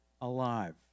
alive